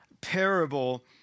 parable